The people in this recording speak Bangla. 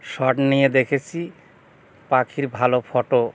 শট নিয়ে দেখেছি পাখির ভালো ফোটো